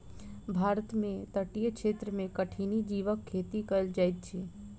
भारत में तटीय क्षेत्र में कठिनी जीवक खेती कयल जाइत अछि